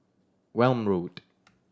Welm Road